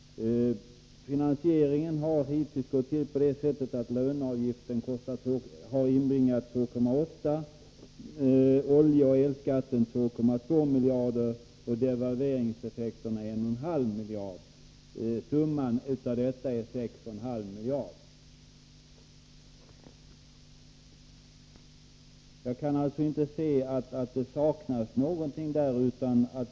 Finansieringen har hittills gått till på det sättet att löneavgiften har inbringat 2,8 miljarder, oljeoch elskatten 2,2 miljarder och devalveringseffekterna 1,5 miljarder. Summan blir 6,5 miljarder. Jag kan inte se att det saknas någonting.